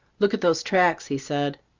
look at those tracks, he said.